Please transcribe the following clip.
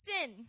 sin